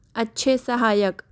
अच्छे सहायक